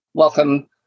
Welcome